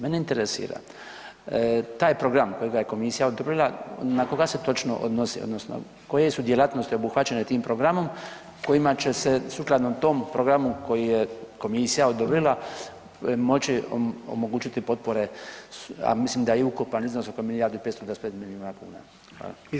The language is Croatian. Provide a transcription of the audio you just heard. Mene interesira taj program kojega je komisija odobrila na koga se točno odnosi odnosno koje su djelatnosti obuhvaćene tim programom kojima će se sukladno tom programu koji je komisija odobrila moći omogućiti potpore, a mislim da je ukupan iznos oko milijardu 525 milijuna kuna.